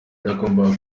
yagombaga